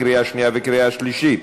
קריאה שנייה וקריאה שלישית.